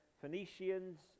Phoenicians